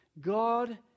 God